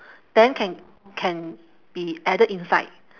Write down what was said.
then can can be added inside